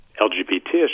LGBT